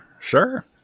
sure